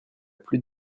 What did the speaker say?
plus